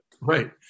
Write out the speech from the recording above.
Right